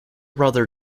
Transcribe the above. brother